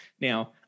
Now